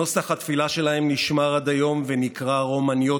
נוסח התפילה שלהם נשמר עד היום ונקרא רומניוטי,